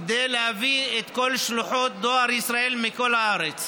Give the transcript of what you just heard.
כדי להביא את כל שלוחות דואר ישראל מכל הארץ,